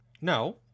No